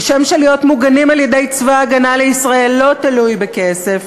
כשם שלהיות מוגנים על-ידי צבא הגנה לישראל לא תלוי בכסף,